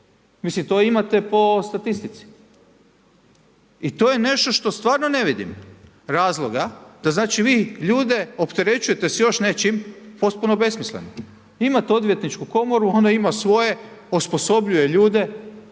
Mislim to imate po statistici. I to je nešto što stvarno ne vidim razloga da znači vi ljude opterećujete s još nečim potpuno besmisleno. Imate odvjetničku komoru, ona ima svoje, osposobljuje ljude.